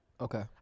Okay